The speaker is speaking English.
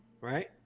right